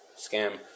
scam